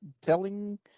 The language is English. telling